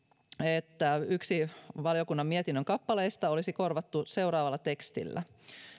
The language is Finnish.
että yksi valiokunnan mietinnön kappaleista olisi korvattu seuraavalla tekstillä